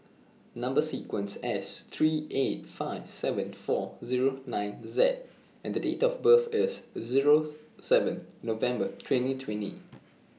Number sequence S three eight five seven four Zero nine Z and Date of birth IS Zero seven November twenty twenty